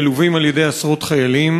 מלווים בעשרות חיילים,